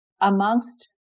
amongst